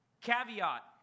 caveat